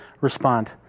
respond